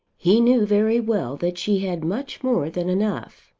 he knew very well that she had much more than enough.